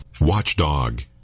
Watchdog